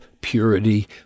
purity